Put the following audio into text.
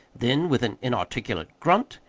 then, with an inarticulate grunt,